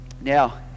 Now